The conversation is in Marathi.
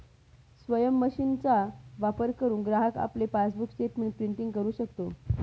स्वयम मशीनचा वापर करुन ग्राहक आपले पासबुक स्टेटमेंट प्रिंटिंग करु शकतो